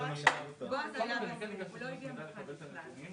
שאולי לא צריכים להגדיר מקסימום חשיפה במינימום כסף,